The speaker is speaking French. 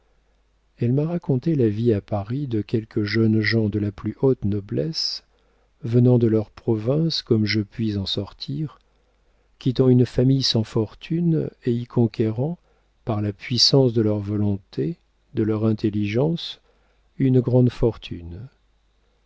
elle m'a raconté la vie à paris de quelques jeunes gens de la plus haute noblesse venant de leur province comme je puis en sortir quittant une famille sans fortune et y conquérant par la puissance de leur volonté de leur intelligence une grande fortune